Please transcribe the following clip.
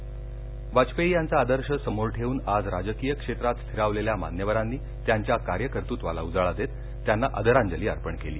बाईटश्रद्वांजली वाजपेयी यांचा आदर्श समोर ठेवून आज राजकीय क्षेत्रात स्थिरावलेल्या मान्यवरांनी त्यांच्या कार्यकर्तृत्वाला उजाळा देत त्यांना आदरांजली अर्पण केली